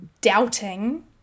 doubting